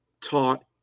taught